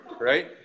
right